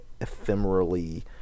ephemerally